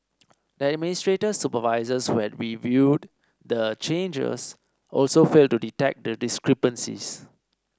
the administrator's supervisors who had reviewed the changes also failed to detect the discrepancies